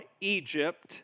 Egypt